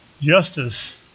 Justice